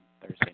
Thursday